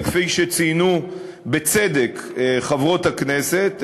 כפי שציינו בצדק חברות הכנסת,